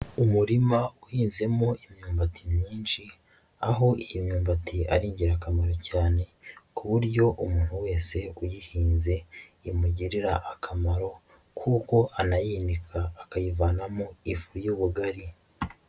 Umurima uhinzemo imyumbati myinshi, aho iyi myumbati ari ingirakamaro cyane, ku buryo umuntu wese uyihinze imugirira akamaro, kuko anayinika akayivanamo ifu y'ubugari.